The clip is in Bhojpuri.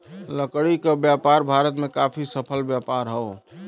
लकड़ी क व्यापार भारत में काफी सफल व्यापार हौ